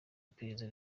iperereza